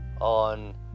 on